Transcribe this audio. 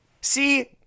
See